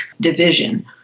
division